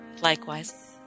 Likewise